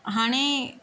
हाणे